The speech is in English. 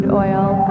oil